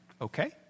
Okay